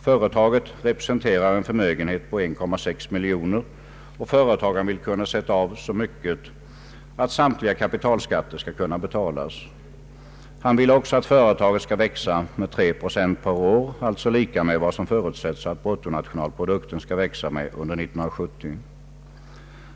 Företaget representerar en förmögenhet på 1,6 miljoner kronor, och företagaren vill kunna sätta av så mycket att samtliga kapitalskatter skall kunna betalas. Han vill också att företaget skall växa med tre procent per år, alltså lika med vad som förutsätts att bruttonationalprodukten skall växa med under 1970.